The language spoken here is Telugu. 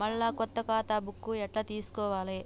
మళ్ళా కొత్త ఖాతా బుక్కు ఎట్ల తీసుకోవాలే?